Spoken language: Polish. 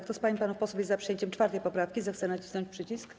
Kto z pań i panów posłów jest za przyjęciem 4. poprawki, zechce nacisnąć przycisk.